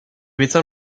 médecins